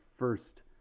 first